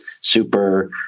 super